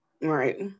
Right